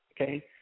okay